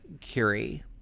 Curie